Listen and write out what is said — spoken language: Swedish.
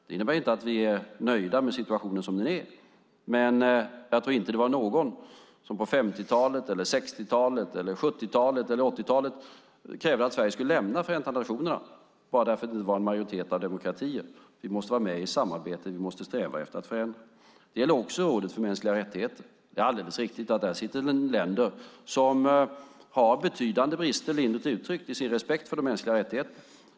Det innebär inte att vi är nöjda med situation som den är, men jag tror inte att det var någon som på 50-talet, 60-talet, 70-talet eller 80-talet krävde att Sverige skulle lämna Förenta nationerna bara därför att det inte var en majoritet av demokratier. Vi måste vara med i ett samarbete och sträva efter att förändra. Detta gäller också Rådet för mänskliga rättigheter. Det är alldeles riktigt att där sitter en del länder som har betydande brister, lindrigt uttryckt, i sin respekt för de mänskliga rättigheterna.